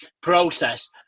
process